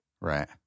Right